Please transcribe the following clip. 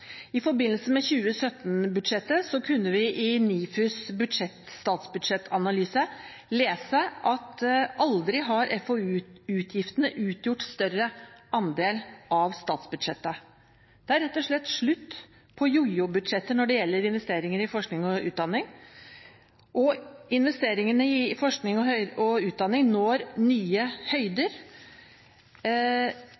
I forbindelse med 2017-budsjettet kunne vi i NIFUs statsbudsjettanalyse lese at aldri har FoU-utgiftene utgjort en større andel av statsbudsjettet. Det er rett og slett slutt på jojo-budsjetter når det gjelder investeringer i forskning og utdanning. Investeringene i forskning og utdanning når nye